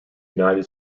united